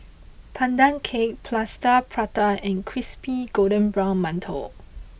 Pandan Cake Plaster Prata and Crispy Golden Brown Mantou